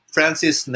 Francis